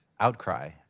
outcry